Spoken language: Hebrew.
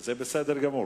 וזה בסדר גמור.